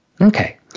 Okay